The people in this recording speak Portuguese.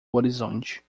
horizonte